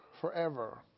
forever